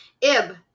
IB